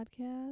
podcast